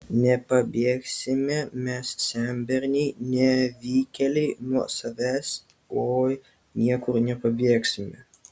nepabėgsime mes senberniai nevykėliai nuo savęs oi niekur nepabėgsime